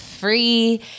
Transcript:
free